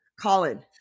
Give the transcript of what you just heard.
Colin